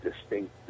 distinct